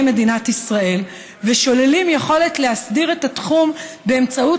מדינת ישראל ושוללים יכולת להסדיר את התחום באמצעות